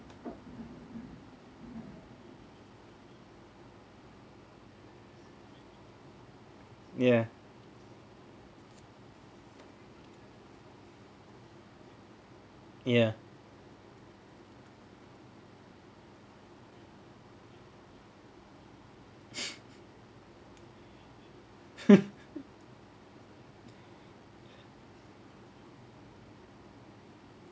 ya ya